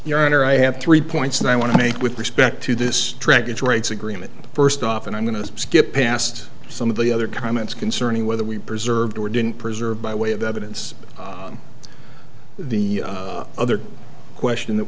honor i have three points and i want to make with respect to this track iterates agreement first off and i'm going to skip past some of the other comments concerning whether we preserved or didn't preserve by way of evidence the other question that